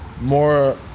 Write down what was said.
more